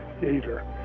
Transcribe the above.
Theater